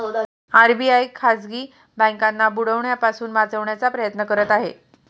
RBI खाजगी बँकांना बुडण्यापासून वाचवण्याचा प्रयत्न करत आहे